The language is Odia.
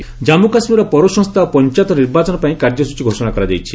ଜେକେ ପୋଲ୍ସ ଜାନ୍ଥ କାଶ୍ମୀରରେ ପୌରସଂସ୍କା ଓ ପଞ୍ଚାୟତ ନିର୍ବାଚନ ପାଇଁ କାର୍ଯ୍ୟସ୍ତଚୀ ଘୋଷଣା କରାଯାଇଛି